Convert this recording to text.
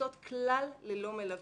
שנוסעות כלל ללא מלווה.